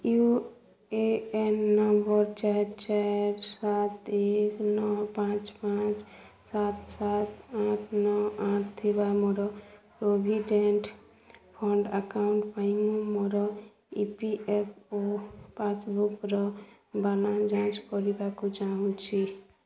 you A N number ଚାରି ଚାରି ସାତ ଏକ ନଅ ପାଞ୍ଚ ପାଞ୍ଚ ସାତ ସାତ ଆଠ ନଅ ଆଠ ଥିବା ମୋର ପ୍ରୋଭିଡ଼େଣ୍ଟ୍ ଫଣ୍ଡ୍ ଆକାଉଣ୍ଟ୍ ପାଇଁ ମୁଁ ମୋର ଇ ପି ଏଫ୍ ଓ ପାସ୍ବୁକ୍ର ବାଲାନ୍ସ ଯାଞ୍ଚ୍ କରିବାକୁ ଚାହୁଁଛି